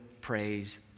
praise